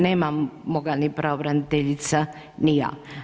Nemamo ga ni pravobraniteljica ni ja.